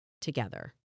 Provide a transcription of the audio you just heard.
together